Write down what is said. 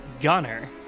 Gunner